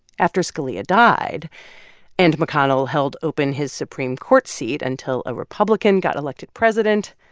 after scalia died and mcconnell held open his supreme court seat until a republican got elected president,